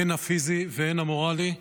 הן הפיזי והן המורלי,